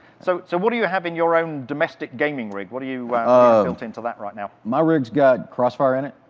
so, so what do you have in your own domestic gaming rig? what do you have ah built into that right now? my rig's got crossfire in it.